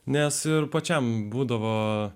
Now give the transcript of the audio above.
nes ir pačiam būdavo